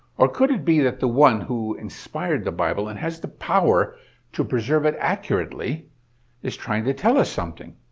or could it be that the one who inspired the bible and has the power to preserve it accurately is trying to tell us something?